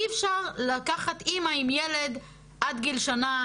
אי אפשר לקחת אימא עם ילד עד גיל שנה,